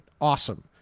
awesome